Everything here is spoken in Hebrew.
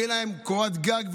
תהיה להם קורת גג,